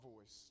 voice